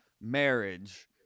marriage